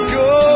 go